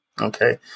Okay